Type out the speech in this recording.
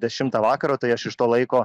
dešimtą vakaro tai aš iš to laiko